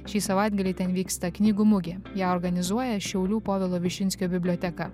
šį savaitgalį ten vyksta knygų mugė ją organizuoja šiaulių povilo višinskio biblioteka